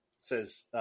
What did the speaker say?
says